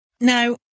Now